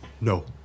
no